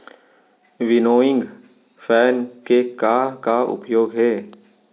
Winnowing fan के का का उपयोग हे?